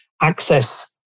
access